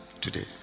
today